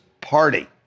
party